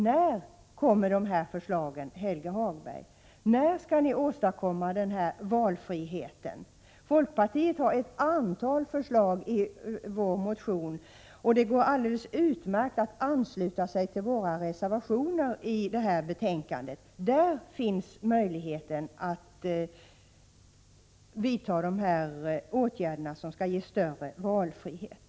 När kommer de här förslagen, Helge Hagberg? När skall ni åstadkomma den här valfriheten? Folkpartiet har ett antal förslag i vår motion, och det går alldeles utmärkt att ansluta sig till våra reservationer i betänkandet. Där finns möjligheten att vidta dessa åtgärder som skall ge större valfrihet.